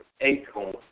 Acorn